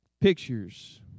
pictures